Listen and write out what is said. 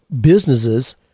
businesses